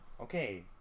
okay